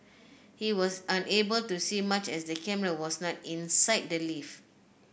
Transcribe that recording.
he was unable to see much as the camera was not inside the lift